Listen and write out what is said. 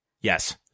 Yes